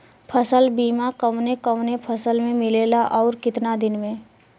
फ़सल बीमा कवने कवने फसल में मिलेला अउर कितना दिन में?